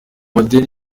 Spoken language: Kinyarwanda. madeni